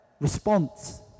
response